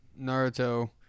Naruto